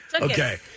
Okay